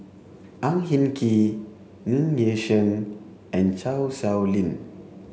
Ang Hin Kee Ng Yi Sheng and Chan Sow Lin